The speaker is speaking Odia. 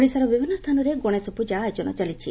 ଓଡ଼ିଶାର ବିଭିନ୍ନ ସ୍ଥାନରେ ଗଣେଶ ପ୍ରକା ଆୟୋଜନ ଚାଲିଛି